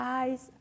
eyes